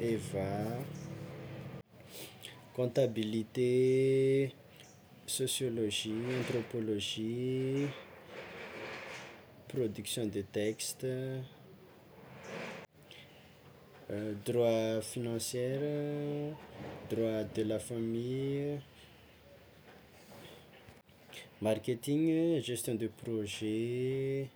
eva, comptabilité, sociologie, anthropologie, production de texte, droit financiere, droit de la famille, marketing, gestion de projet.